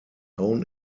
own